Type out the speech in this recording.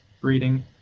reading